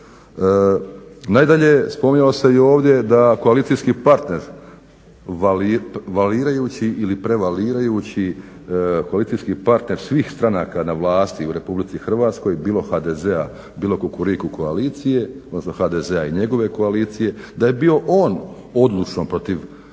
Nadalje, spominjalo se ovdje da koalicijski partner valirajući ili prevalirajući koalicijski partner svih stranaka na vlasti u Republici Hrvatskoj, bilo HDZ-a, bilo Kukuriku koalicije, odnosno HDZ-a i njegove koalicije da je bio on odlučno protiv promjene